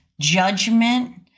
judgment